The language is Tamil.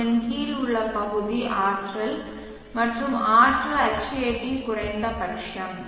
இதன் கீழ் உள்ள பகுதி ஆற்றல் மற்றும் ஆற்றல் HAT குறைந்தபட்சம்